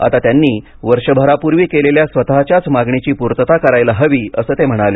आता त्यांनी वर्षभरापूर्वी केलेल्या स्वतःच्याच मागणीची पूर्तता करायला हवी असं ते म्हणाले